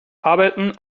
arbeiten